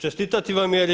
Čestitati vam jer